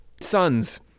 Sons